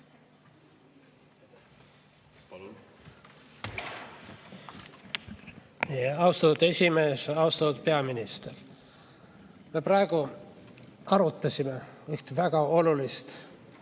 Austatud esimees! Austatud peaminister! Me praegu arutasime üht väga olulist